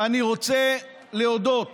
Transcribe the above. רוצה להודות